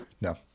no